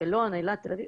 אשקלון, אילת, תל אביב.